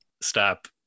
stop